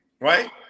right